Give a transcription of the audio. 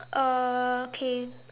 uh okay